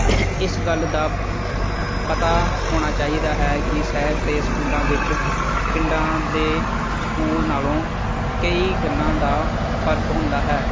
ਇਸ ਗੱਲ ਦਾ ਪਤਾ ਹੋਣਾ ਚਾਹੀਦਾ ਹੈ ਕਿ ਸ਼ਹਿਰ ਦੇ ਸਕੂਲਾਂ ਵਿੱਚ ਪਿੰਡਾਂ ਦੇ ਸਕੂਲ ਨਾਲੋਂ ਕਈ ਗੱਲਾਂ ਦਾ ਫਰਕ ਹੁੰਦਾ ਹੈ